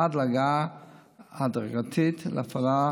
עד להגעה הדרגתית להפעלה